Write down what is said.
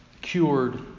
cured